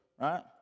right